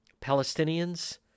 Palestinians